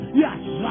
yes